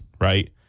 right